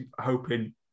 hoping